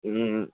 হুম